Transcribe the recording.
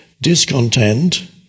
discontent